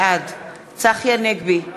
בעד צחי הנגבי,